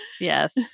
yes